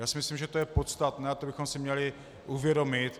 Myslím si, že to je podstatné, a to bychom si měli uvědomit.